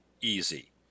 easy